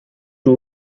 two